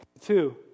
Two